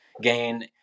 gain